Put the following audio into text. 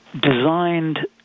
designed